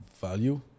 value